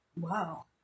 Wow